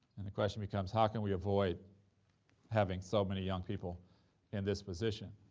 and the question becomes how can we avoid having so many young people in this position?